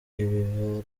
ibi